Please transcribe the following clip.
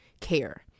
care